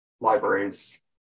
libraries